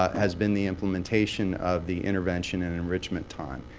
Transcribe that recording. ah has been the implementation of the intervention and enrichment time.